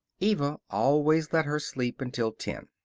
eva always let her sleep until ten.